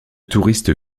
touristes